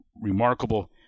remarkable